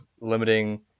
limiting